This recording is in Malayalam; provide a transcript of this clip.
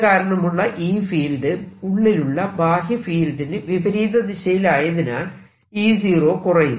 കാരണമുള്ള ഈ ഫീൽഡ് ഉള്ളിലുള്ള ബാഹ്യ ഫീൽഡിന് വിപരീത ദിശയിലായതിനാൽ E0 കുറയുന്നു